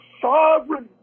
sovereign